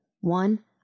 One